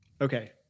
Okay